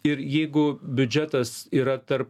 ir jeigu biudžetas yra tarp